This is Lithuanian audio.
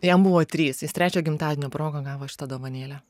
jam buvo trys jis trečio gimtadienio proga gavo šitą dovanėlę